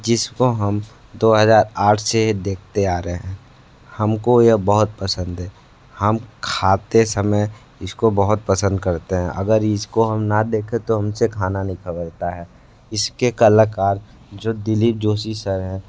जिसको हम दो हजार आठ से देखते आ रहे हैं हमको यह बहुत पसंद है हम खाते समय इसको बहुत पसंद करते हैं अगर इसको हम ना देखें तो हमसे खाना नहीं खाया जाता है इसके कलाकार जो दिलीप जोशी सर हैं